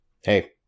Hey